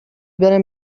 برم